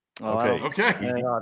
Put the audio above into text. Okay